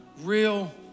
real